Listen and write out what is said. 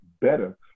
better